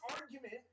argument